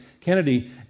Kennedy